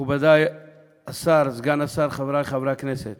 מכובדי השר, סגן השר, חברי חברי הכנסת,